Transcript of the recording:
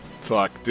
fuck